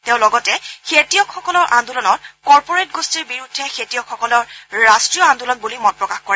তেওঁ লগতে খেতিয়কসকলৰ আন্দোলনক কৰ্পৰেট গোষ্ঠীৰ বিৰুদ্ধে খেতিয়কসকলৰ ৰাট্টীয় আন্দোলন বুলি মত প্ৰকাশ কৰে